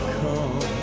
come